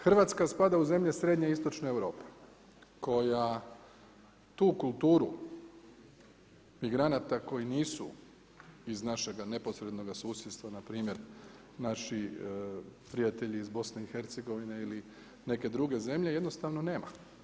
Hrvatska spada u zemlje srednje istočne Europe koja tu kulturu migranata koji nisu iz našega neposrednoga susjedstva npr. naši prijatelji iz BiH-a ili neke druge zemlje jednostavno nema.